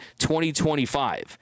2025